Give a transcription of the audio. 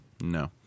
No